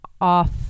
off